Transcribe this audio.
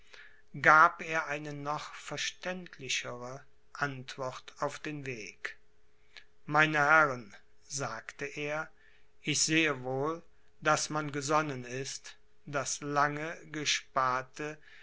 gab er eine noch verständlichere antwort auf den weg meine herren sagte er ich sehe wohl daß man gesonnen ist das lange gesparte